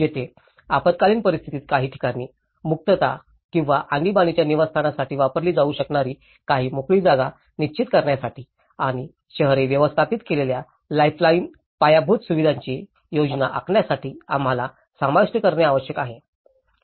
येथे आपत्कालीन परिस्थितीत काही ठिकाणी मुक्तता किंवा आणीबाणीच्या निवासस्थानासाठी वापरली जाऊ शकणारी काही मोकळी जागा निश्चित करण्यासाठी आणि शहरे व्यवस्थापित केलेल्या लाईफलाइन पायाभूत सुविधांची योजना आखण्यासाठी आम्हाला समाविष्ट करणे आवश्यक आहे